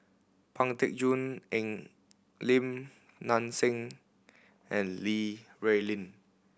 Pang Teck Joon Lim Nang Seng and Li Rulin